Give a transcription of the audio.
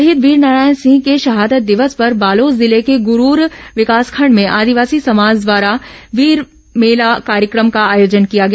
शहीद वीरनारायण सिंह के शहादत दिवस पर बालोद जिले के गुरूर विकासखंड में आदिवासी समाज द्वारा वीर मेला कार्यक्रम का आयोजन किया गया